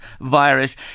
virus